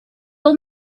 old